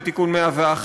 ואת תיקון 101,